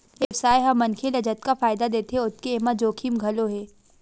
ए बेवसाय ह मनखे ल जतका फायदा देथे ओतके एमा जोखिम घलो हे